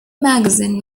magazine